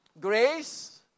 Grace